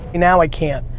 now i can't,